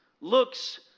looks